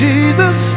Jesus